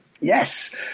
yes